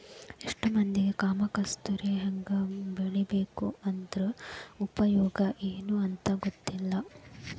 ಎಷ್ಟೋ ಮಂದಿಗೆ ಕಾಮ ಕಸ್ತೂರಿ ಹೆಂಗ ಬೆಳಿಬೇಕು ಅದ್ರ ಉಪಯೋಗ ಎನೂ ಅಂತಾ ಗೊತ್ತಿಲ್ಲ